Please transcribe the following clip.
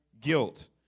guilt